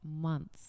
months